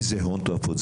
וזה הון תועפות.